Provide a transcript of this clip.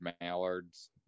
mallards